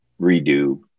redo